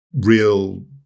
real